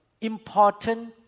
important